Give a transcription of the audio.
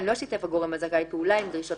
2) לא שיתף הגורם הזכאי פעולה עם דרישות